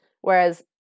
Whereas